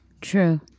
True